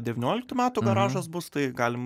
devynioliktų metų garažas bus tai galim